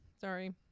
Sorry